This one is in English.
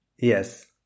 Yes